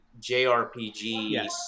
JRPG